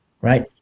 Right